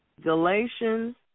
Galatians